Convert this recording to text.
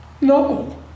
No